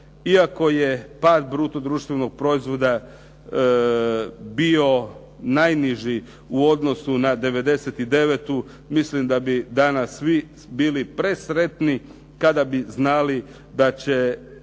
iako je pad bruto društvenog proizvoda bio najniži u odnosu na '99. Mislim da bi danas svi bili presretni kada bi znali da će